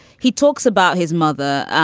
he talks about his mother,